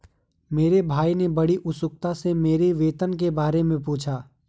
मेरे भाई ने बड़ी उत्सुकता से मेरी वेतन के बारे मे पूछा